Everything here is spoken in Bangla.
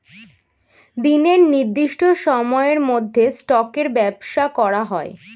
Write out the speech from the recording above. দিনের নির্দিষ্ট সময়ের মধ্যে স্টকের ব্যবসা করা হয়